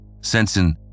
Sensing